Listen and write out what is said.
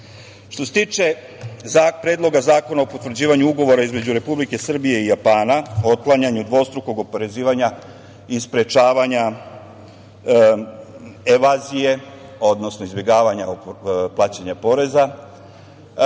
se tiče Predloga zakona o potvrđivanju Ugovora između Republike Srbije i Japana o otklanjanju dvostrukog oporezivanja i sprečavanja evazije, odnosno izbegavanja plaćanja poreza,